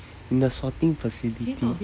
in a sorting facility